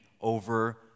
over